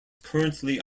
currently